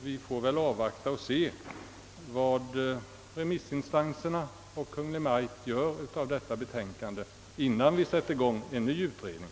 Vi får väl avvakta vad remissinstanserna och Kungl. Maj:t gör av detta betänkande, innan vi sätter i gång en ny utredning.